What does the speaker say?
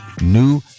new